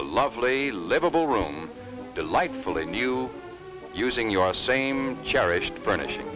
a lovely livable room delightfully new using your same cherished furnishing